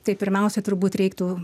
tai pirmiausia turbūt reiktų